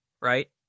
right